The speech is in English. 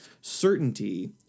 certainty